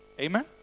Amen